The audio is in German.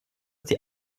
die